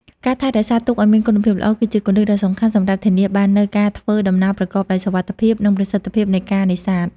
ការថែរក្សាទូកឲ្យមានគុណភាពល្អ គឺជាគន្លឹះដ៏សំខាន់សម្រាប់ធានាបាននូវការធ្វើដំណើរប្រកបដោយសុវត្ថិភាព និងប្រសិទ្ធភាពនៃការនេសាទ។